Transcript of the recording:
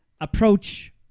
approach